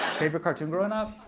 favorite cartoon growing up?